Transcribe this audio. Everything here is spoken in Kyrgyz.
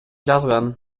жазган